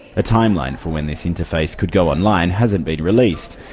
a timeline for when this interface could go online hasn't been released.